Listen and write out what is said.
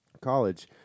college